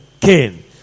Cain